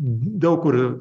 daug kur